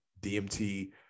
DMT